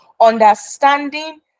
understanding